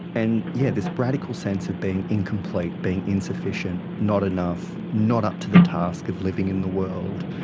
and yeah this radical sense of being incomplete, being insufficient, not enough, not up to the task of living in the world,